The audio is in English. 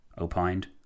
opined